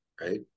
right